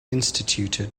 instituted